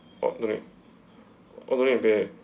oh no need oh no need to pay